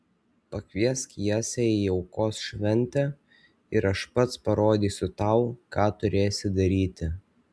pakviesk jesę į aukos šventę ir aš pats parodysiu tau ką turėsi daryti